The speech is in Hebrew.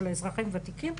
אזרחים וותיקים,